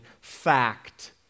fact